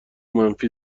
منفی